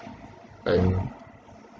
and